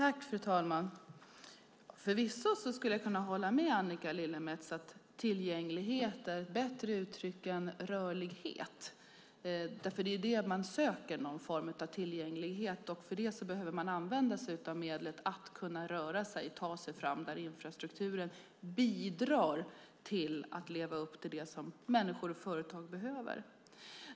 Fru talman! Förvisso skulle jag kunna hålla med Annika Lillemets om att tillgänglighet är ett bättre uttryck än rörlighet. Vad man söker är ju någon form av tillgänglighet, och för det behöver man använda sig av medlet att kunna röra sig, ta sig fram, där infrastrukturen bidrar till att leva upp till det som människor och företag behöver.